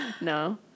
no